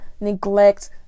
neglect